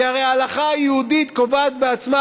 כי הרי ההלכה היהודית קובעת בעצמה,